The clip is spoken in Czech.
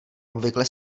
obvykle